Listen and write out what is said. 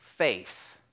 faith